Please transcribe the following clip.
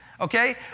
okay